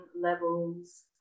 levels